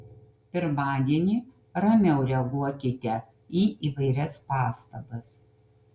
pirmadienį ramiau reaguokite į įvairias pastabas